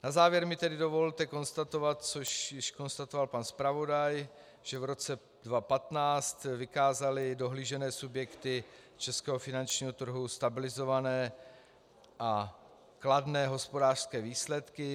Na závěr mi tedy dovolte konstatovat, což již konstatoval pan zpravodaj, že v roce 2015 vykázaly dohlížené subjekty českého finančního trhu stabilizované a kladné hospodářské výsledky.